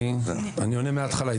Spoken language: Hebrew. אני עונה מהתחלה.